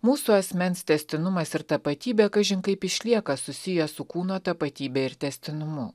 mūsų asmens tęstinumas ir tapatybė kažin kaip išlieka susiję su kūno tapatybe ir tęstinumu